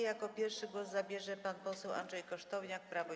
Jako pierwszy głos zabierze pan poseł Andrzej Kosztowniak, Prawo i